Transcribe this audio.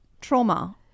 trauma